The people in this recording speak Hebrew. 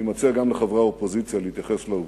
אני מציע גם לחברי האופוזיציה להתייחס לעובדות,